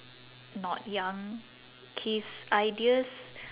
not young his ideas